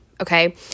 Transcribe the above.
okay